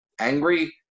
angry